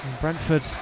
Brentford